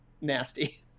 nasty